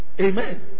Amen